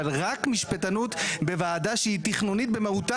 אבל רק משפטנות בוועדה שהיא תכנונית במהותה,